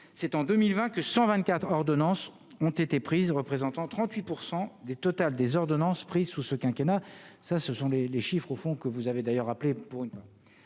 c'est en 2020 que 124 ordonnances ont été prises, représentant 38 % des totale des ordonnances prises sous ce quinquennat ça, ce sont les les chiffres au fond que vous avez d'ailleurs rappelé pour une le